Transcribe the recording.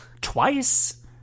Twice